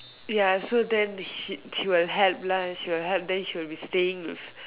ya so then she she will help lah she will help then she will be staying with